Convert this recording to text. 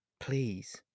Please